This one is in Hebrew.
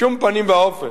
בשום פנים ואופן,